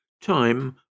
Time